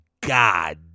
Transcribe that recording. God